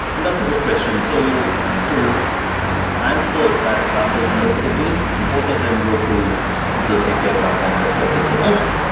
that's a good question. so to answer that example specifically, both of them go through this api platform that we are discussing. okay.